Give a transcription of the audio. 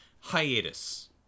Hiatus